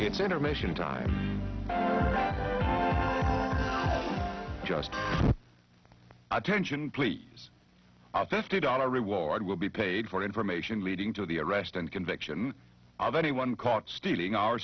it's intermission time just attention please at this two dollar reward will be paid for information leading to the arrest and conviction of anyone caught stealing our